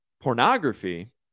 Pornography